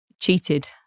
cheated